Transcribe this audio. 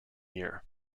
year